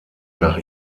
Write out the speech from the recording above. nach